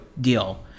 deal